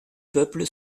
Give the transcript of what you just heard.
peuple